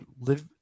live